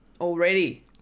Already